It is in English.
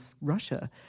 Russia